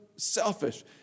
Selfish